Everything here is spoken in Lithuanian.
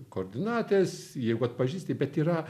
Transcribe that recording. koordinatės jeigu atpažįsti bet yra